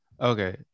okay